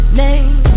name